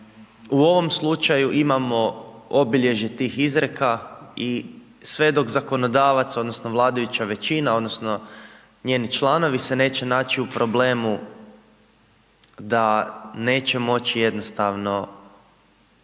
u ovom slučaju imamo obilježe tih izreka i sve dok zakonodavac, odnosno, vladajuća većina, odnosno, njeni članovi se neće naći u problemu da neće moći jednostavno